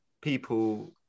people